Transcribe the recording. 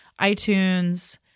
iTunes